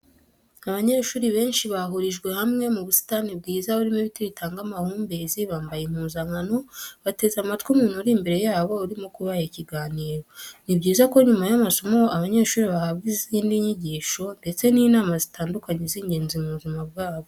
Abanyeshuri benshi bahurijwe hamwe mu busitani bwiza, burimo ibiti bitanga amahumbezi, bambaye impuzankano, bateze amatwi umuntu uri imbere yabo urimo kubaha ikiganiro. Ni byiza ko nyuma y'amasomo abanyeshuri bahabwa izindi nyigisho ndetse n'inama zitandukanye z'ingenzi mu buzima bwabo.